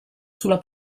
sulla